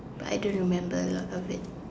but I don't remember a lot of it